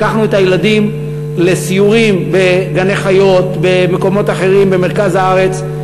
לקחנו את הילדים לסיורים בגני-חיות ובמקומות אחרים במרכז הארץ.